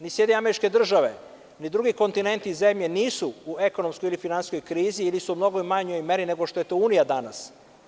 Ni SAD, ni drugi kontinenti zemlje nisu u ekonomskoj ili finansijskoj krizi, ili su u mnogo manjoj meri nego što je to Unija danas.